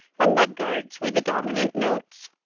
and mud-guards were the dominant notes.